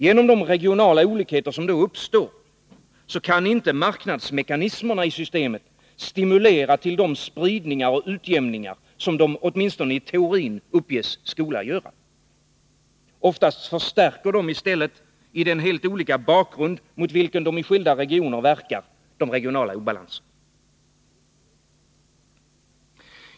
Genom de regionala olikheter som då uppstår kan inte marknadsmekanismerna stimulera till de spridningar och utjämningar som de åtminstone i teorin uppges skola åstadkomma. Oftast förstärker de i stället, i den helt olika bakgrund mot vilken de i skilda regioner verkar, de regionala obalanserna.